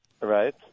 Right